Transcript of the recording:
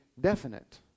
definite